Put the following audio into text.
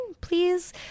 please